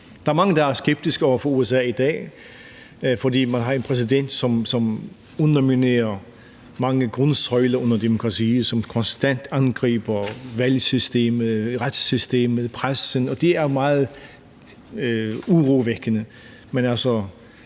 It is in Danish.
Der er mange, der er skeptisk over for USA i dag, fordi man har en præsident, som underminerer mange grundsøjler under demokratiet, og som konstant angriber valgsystemet, retssystemet, pressen, og det er meget urovækkende.